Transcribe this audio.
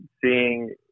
seeing